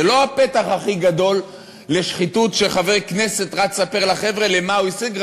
זה לא הפתח הכי גדול לשחיתות שחבר כנסת רץ לספר לחבר'ה למה הוא השיג,